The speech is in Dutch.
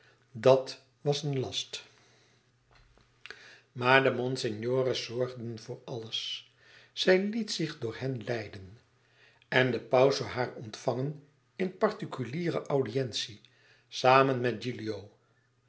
dat was een last maar de monsignore's zorgden voor alles zij liet zich door hen leiden en de paus zoû haar ontvangen in particuliere audientie samen met